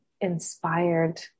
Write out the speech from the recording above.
inspired